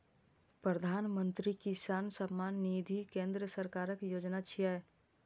प्रधानमंत्री किसान सम्मान निधि केंद्र सरकारक योजना छियै